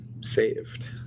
saved